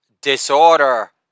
disorder